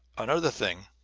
another thing,